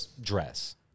dress